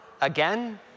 again